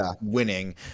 winning